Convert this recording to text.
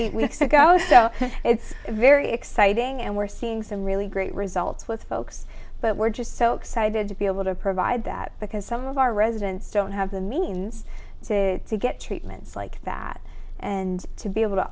eight weeks ago so it's very exciting and we're seeing some really great results with folks but we're just so excited to be able to provide that because some of our residents don't have the means to get treatments like that and to be able to